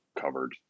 covered